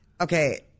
okay